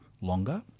longer